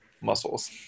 muscles